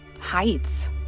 heights